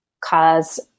cause